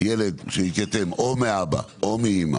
ילד שהתייתם או מאבא או מאמא,